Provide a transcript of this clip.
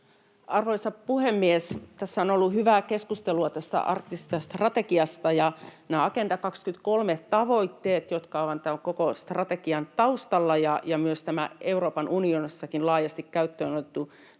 Arvoisa puhemies! Tässä on ollut hyvää keskustelua tästä arktisesta strategiasta, ja nämä Agenda 2030 ‑tavoitteet, jotka ovat tämän koko strategian taustalla, ja myös tämä Euroopan unionissakin laajasti käyttöön otettu do